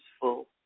full